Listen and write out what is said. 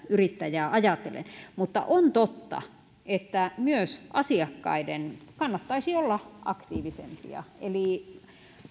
yrittäjää ajatellen mutta on totta että myös asiakkaiden kannattaisi olla aktiivisempia eli